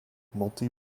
multi